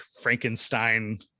Frankenstein